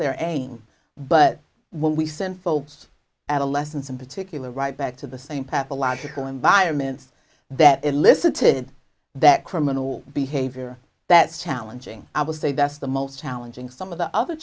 there ain't but when we send folks adolescents in particular right back to the same pathological environments that elicited that criminal behavior that's challenging i would say that's the most challenging some of the other